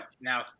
now